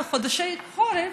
בחודשי החורף,